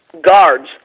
guards